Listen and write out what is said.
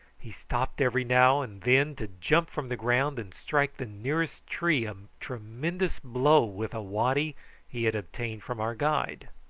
he stopped every now and then to jump from the ground and strike the nearest tree a tremendous blow with a waddy he had obtained from our guide.